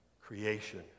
Creation